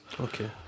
Okay